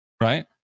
right